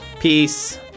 Peace